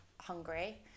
hungry